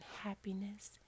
happiness